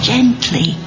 Gently